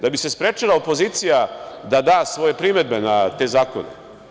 Da bi se sprečila opozicija da da svoje primedbe na te zakone?